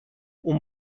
اون